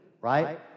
Right